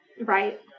Right